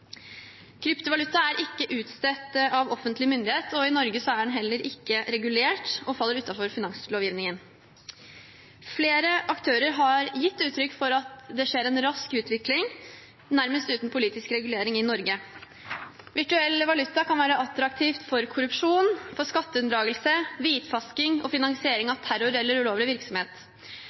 Kryptovaluta er ikke utstedt av offentlig myndighet. I Norge er den heller ikke regulert og faller utenfor finanslovgivningen. Flere aktører har gitt uttrykk for at det skjer en rask utvikling, nærmest uten politisk regulering, i Norge. Virtuell valuta kan være attraktivt for korrupsjon, skatteunndragelse, hvitvasking og finansiering av terror eller ulovlig virksomhet.